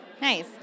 Nice